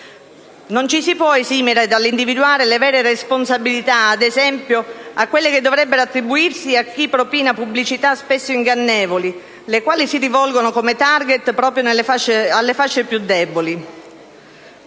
Non ci si può esimere dall'individuare le vere responsabilità, ad esempio quelle che dovrebbero attribuirsi a chi propina pubblicità spesso ingannevoli, le quali si rivolgono, come *target,* proprio alle fasce più deboli.